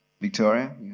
Victoria